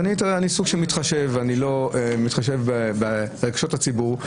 אני סוג של מתחשב ברגשות הציבור,